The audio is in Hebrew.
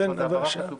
זאת הבהרה חשובה.